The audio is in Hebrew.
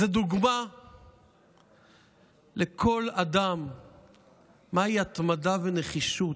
זו דוגמה לכל אדם מהי התמדה ונחישות,